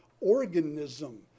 organism